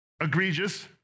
egregious